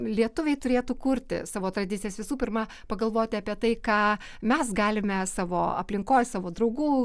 lietuviai turėtų kurti savo tradicijas visų pirma pagalvoti apie tai ką mes galime savo aplinkoj savo draugų